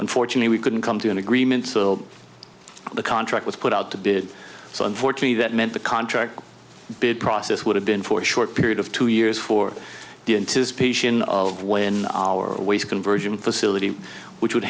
unfortunately we couldn't come to an agreement the contract with put out the bid so unfortunately that meant the contract bid process would have been for a short period of two years for the anticipation of when our ways conversion facility which would